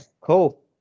cool